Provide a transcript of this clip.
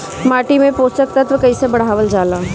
माटी में पोषक तत्व कईसे बढ़ावल जाला ह?